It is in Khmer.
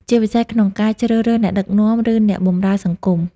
ជាពិសេសក្នុងការជ្រើសរើសអ្នកដឹកនាំ ឬអ្នកបម្រើសង្គម។